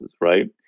right